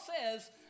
says